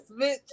bitch